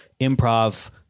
improv